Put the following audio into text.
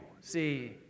See